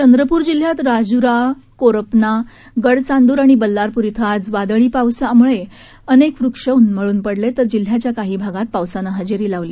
चंद्रपूर जिल्ह्यात राजूरा कोरपना गडचांद्र आणि बल्लारपूर िं आज वादळी वाऱ्यामुळे अनेक वृक्ष उन्मळून पडले तर जिल्ह्याच्या काही भागात पावसान हजेरी लावली